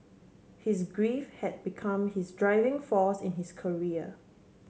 his grief had become his driving force in his career